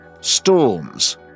storms